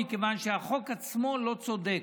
ירד מסדר-היום, מכיוון שהחוק עצמו לא צודק.